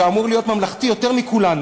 שאמור להיות ממלכתי יותר מכולנו,